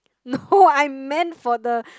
no I meant for the